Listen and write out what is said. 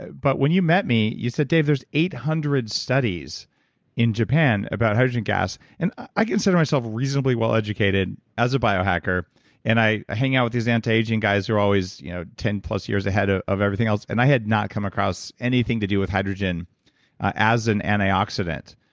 ah but when you met you, you said, dave, there's eight hundred studies in japan about hydrogen gas. and i consider myself reasonably well educated as a biohacker and i hang out with these antiaging guys who are always you know ten plus years ahead ah of everything else, and i had not come across anything to do with hydrogen as an antioxidant,